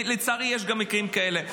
לצערי, יש גם מקרים כאלה.